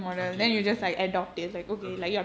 okay okay okay